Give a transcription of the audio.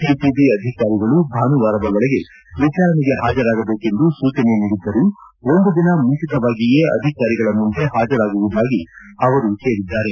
CCB ಅಧಿಕಾರಿಗಳು ಭಾನುವಾರದ ಒಳಗೆ ವಿಚಾರಣೆಗೆ ಹಾಜರಾಗಬೇಕೆಂದು ಸೂಚನೆ ನೀಡಿದ್ದರು ಒಂದು ದಿನ ಮುಂಚಿತವಾಗಿಯೇ ಅಧಿಕಾರಿಗಳ ಮುಂದೆ ಪಾಜರಾಗುವುದಾಗಿ ಅವರು ಪೇಳಿದ್ದಾರೆ